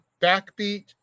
Backbeat